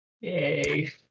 Yay